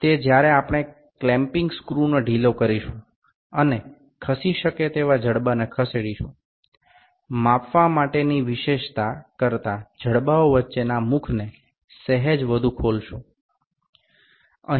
যখন আমরা বন্ধনী স্ক্রুটি আলগা করি এবং চলন যোগ্য বাহুটি সরাই তখন বাহুগুলিকে এমন ভাবে সরাতে হবে যে যে বস্তুটির বৈশিষ্ট্য পরিমাপ করব তার থেকে যেন একটু বেশি খোলা থাকে